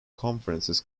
conferences